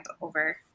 over